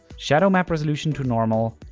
shadowmap resolution to normal,